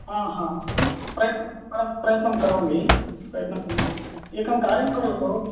हा हा प्रयत्नं प्रयत्नं करोमि प्रयत्नं एकं कार्यं करोतु